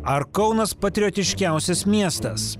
ar kaunas patriotiškiausias miestas